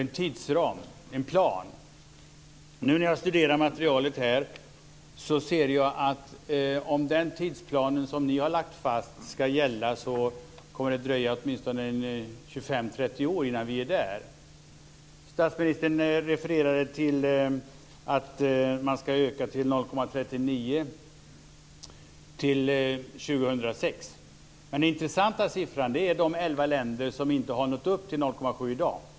När jag nu studerar materialet ser jag att om den tidsplan som ni har lagt fast ska gälla kommer det att dröja åtminstone 25-30 år innan vi är där. Statsministern refererade till att man ska öka till 0,39 % till år 2006. Den intressanta siffran är för de elva länder som inte har nått upp till 0,7 % i dag.